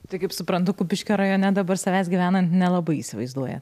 tai kaip suprantu kupiškio rajone dabar savęs gyvenant nelabai įsivaizduojat